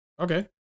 Okay